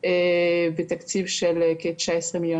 ואחד הדברים שהכי ריגשו גם את המעסיקים וגם את השטח זה הנושא של המסלול